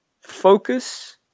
Focus